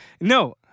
no